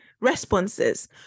responses